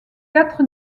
quatre